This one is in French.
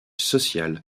social